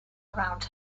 around